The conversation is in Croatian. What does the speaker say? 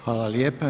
Hvala lijepa.